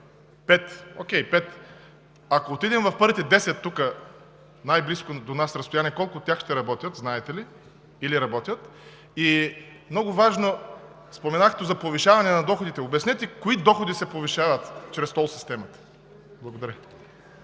Пет? Окей, пет. Ако отидем в първите десет на най-близко до нас разстояние, колко от тях ще работят или работят, знаете ли? И много важно – споменахте за повишаване на доходите, обяснете кои доходи се повишават чрез тол системата? Благодаря.